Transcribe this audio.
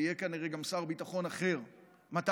ויהיה כנראה גם שר ביטחון אחר מתישהו,